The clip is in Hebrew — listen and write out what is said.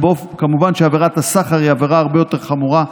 אז כמובן שעבירת הסחר היא עבירה הרבה יותר חמורה,